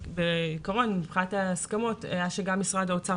כשבעיקרון מבחינת ההסכמות היה שגם משרד האוצר